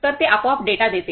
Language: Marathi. तर ते आपोआप डेटा देते